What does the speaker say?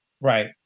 Right